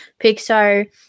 Pixar